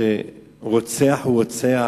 רוצח הוא רוצח.